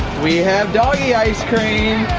we have doggy ice-cream!